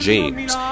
James